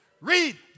read